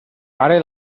fare